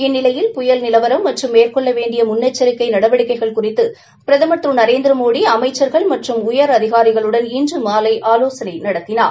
இந்நிலையில் புயல் நிலவரம் மற்றும் மேற்கொள்ள வேணடிய முன்னெச்சிக்கை நடவடிக்கைகள் குறித்து பிரதம் திரு நரேந்திரமோடி அமைச்ச்கள் மற்றும் உயரதிகாரிகளுடன் இன்று மாலை ஆலோசனை நடத்தினார்